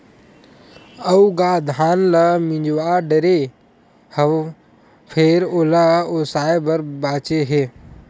अउ गा धान ल मिजवा डारे हव फेर ओला ओसाय बर बाचे हे